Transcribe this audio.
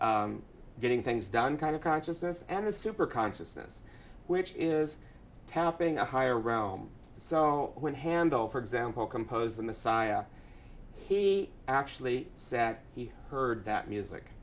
getting things done kind of consciousness and a super consciousness which is tapping a higher realms so when handel for example compose the messiah he actually sat he heard that music